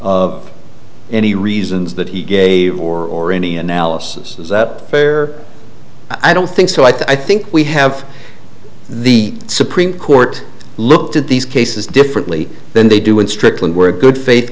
of any reasons that he gave or any analysis is that fair i don't think so i think we have the supreme court looked at these cases differently than they do in strickland where a good faith